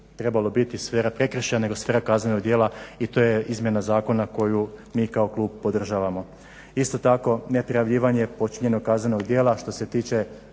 trebalo više biti sfera prekršaja nego sfera kaznenog djela i to je izmjena zakona koju mi kao klub podržavamo. Isto tako, neprijavljivanje počinjenog kaznenog djela što se tiče